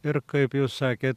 ir kaip jūs sakėt